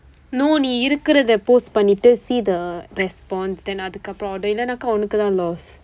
no நீ இருக்குறத:nii irukkuratha post பண்ணிட்டு:pannitdu see the response then அதற்கு அப்புறம்:atharkku appuram order இல்லை என்றால் உனக்கு தான்:illai enraal unakku thaan loss